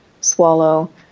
swallow